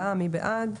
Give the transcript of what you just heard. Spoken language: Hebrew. מי בעד?